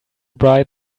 bright